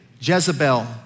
Jezebel